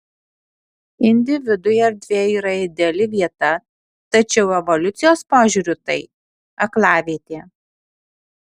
individui erdvė yra ideali vieta tačiau evoliucijos požiūriu tai aklavietė